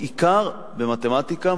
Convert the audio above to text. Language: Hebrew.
בעיקר במתמטיקה,